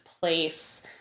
place